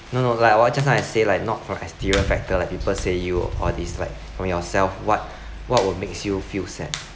no no like what just now I say like not for exterior factor like people say you or dislike from yourself what what will makes you feel sad